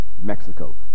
Mexico